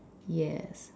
yes